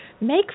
make